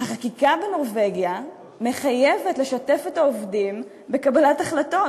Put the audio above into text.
החקיקה בנורבגיה מחייבת לשתף את העובדים בקבלת החלטות.